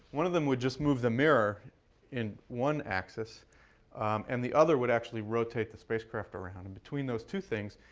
one of them would just move the mirror in one axis and the other would actually rotate the spacecraft around. and between those two things,